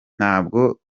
ntabwo